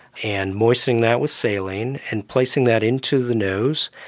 and moistening that with saline and placing that into the nose,